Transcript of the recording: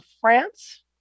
France